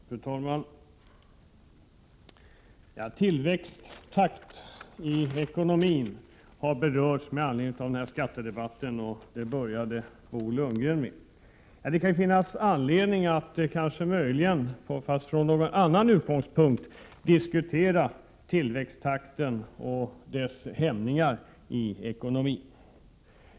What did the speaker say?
Fru talman! Tillväxttakten i ekonomin har berörts i den här skattedebatten — det började Bo Lundgren med. Och det kan finnas anledning att diskutera ekonomins tillväxttakt och vad som hämmar den, fast från en något annan utgångspunkt än Bo Lundgren gjorde.